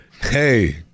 hey